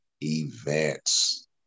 events